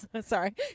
sorry